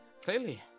Clearly